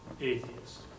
Atheist